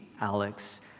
Alex